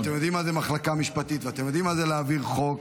אתם יודעים מה זה מחלקה משפטית ואתם יודעים מה זה להעביר חוק,